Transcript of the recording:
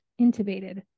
intubated